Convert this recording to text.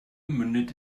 mündet